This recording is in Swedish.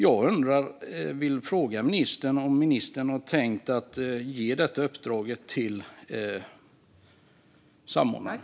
Jag vill fråga ministern om ministern har tänkt att ge detta uppdrag till samordnaren.